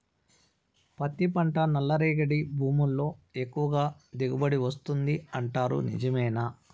పత్తి పంట నల్లరేగడి భూముల్లో ఎక్కువగా దిగుబడి వస్తుంది అంటారు నిజమేనా